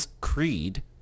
Creed